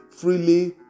freely